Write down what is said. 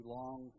long